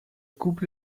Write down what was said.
couple